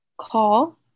call